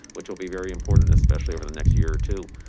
which will be very important, especially over the next year or two.